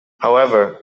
however